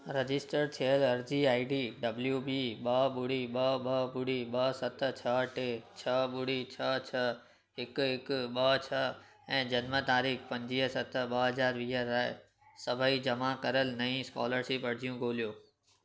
register थियल अर्ज़ी I D W B ॿ ॿुड़ी ॿ ॿ ॿुड़ी ॿ सत छह टे छह ॿुड़ी छह छह हिकु हिकु ॿ छह ऐं जनम तारीख़ पंजुवीह सत ॿ हज़ार वीह लाइ सभई जमा कयल नईं स्कॉलरशिप अर्ज़ियूं ॻोल्हियो